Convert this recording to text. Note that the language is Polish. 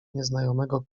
nieznajomego